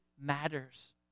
matters